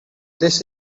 that